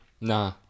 Nah